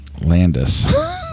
Landis